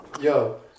Yo